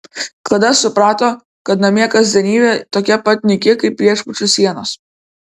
kada suprato kad namie kasdienybė tokia pat nyki kaip viešbučių sienos